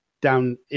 down